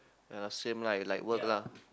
ya same like like work lah